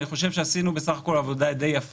אני חושב שעשינו בסך הכול עבודה יפה למדי,